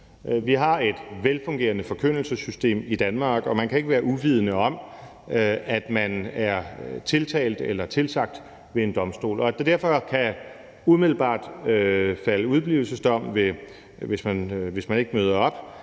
Vi har et velfungerende forkyndelsessystem i Danmark, og man kan ikke være uvidende om det, når man er tiltalt eller tilsagt ved en domstol, og at der derfor umiddelbart kan falde udeblivelsesdom, hvis man ikke møder op,